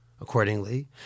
Accordingly